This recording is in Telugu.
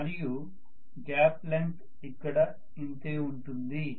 మరియు గ్యాప్ లెంగ్త్ ఇక్కడ ఇంతే ఉంటుంది